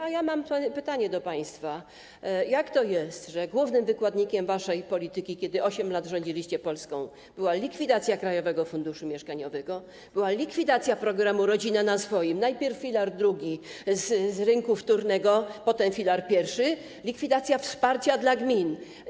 A ja mam pytanie do państwa: Jak to jest, że głównym wykładnikiem waszej polityki, kiedy 8 lat rządziliście Polską, były: likwidacja Krajowego Funduszu Mieszkaniowego, likwidacja programu „Rodzina na swoim”, najpierw filaru drugiego z rynku wtórnego, potem filaru pierwszego, likwidacja wsparcia dla gmin?